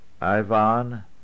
Ivan